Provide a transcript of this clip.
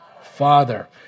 Father